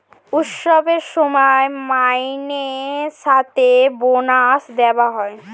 উৎসবের সময় মাইনের সাথে বোনাস দেওয়া হয়